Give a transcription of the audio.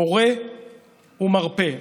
מורה ומרפא.